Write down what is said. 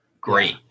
great